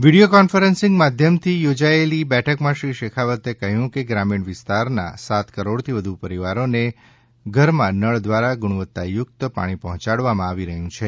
video conferencing માધ્યમથી યોજાયેલી બેઠકમાં શ્રી શેખાવતે કહ્યું કે ગ્રામીણ વિસ્તારના સાત કરોડથી વધુ પરિવારોને ઘરમાં નળ દ્વારા ગુણવત્તાયુક્ત પાણી પહોંચાડવામાં આવી રહ્યું છે